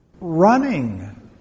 running